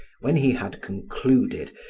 when he had concluded,